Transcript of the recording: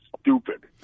stupid